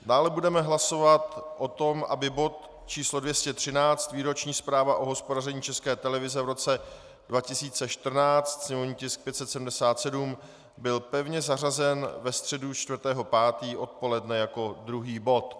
Dále budeme hlasovat o tom, aby bod číslo 213, Výroční zpráva o hospodaření České televize v roce 2014, sněmovní tisk 577, byl pevně zařazen ve středu 4. 5. odpoledne jako druhý bod.